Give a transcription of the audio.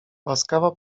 łaskawa